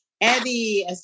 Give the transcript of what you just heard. Eddie